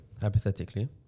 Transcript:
hypothetically